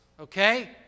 okay